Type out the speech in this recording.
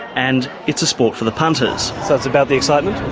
and it's a sport for the punters. so it's about the excitement?